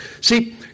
See